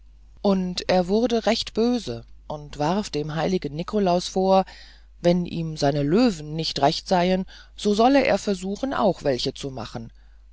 und er wurde recht bös und warf dem heiligen nikolaus vor wenn ihm seine löwen nicht recht seien so solle er versuchen auch welche zu machen